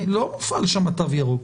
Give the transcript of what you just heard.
לא מופעל שם תו ירוק.